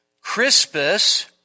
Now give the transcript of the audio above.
Crispus